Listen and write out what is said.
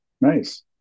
Nice